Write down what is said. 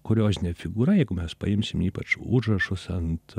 kuriozine figūra jeigu mes paimsim ypač užrašus ant